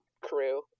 crew